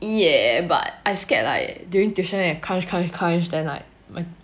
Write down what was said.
ya but I scared like during tuition when you crunch crunch crunch then like